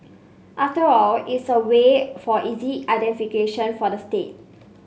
after all it's a way for easy identification for the state